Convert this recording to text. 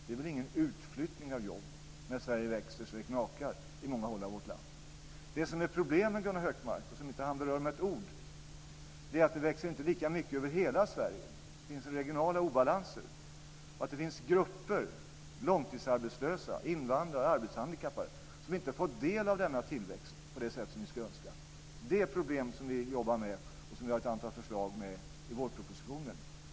Det är väl ingen utflyttning av jobb när Sverige växer så det knakar på många håll i vårt land. Det som är problemet, och som inte Gunnar Hökmark berör med ett ord, är att det inte växer lika mycket över hela Sverige. Det finns regionala obalanser. Det finns grupper, långtidsarbetslösa, invandrare och arbetshandikappade, som inte får del av denna tillväxt på det sätt som vi skulle önska. Det är ett problem som vi jobbar med. Det finns ett antal förslag på det området i vårpropositionen.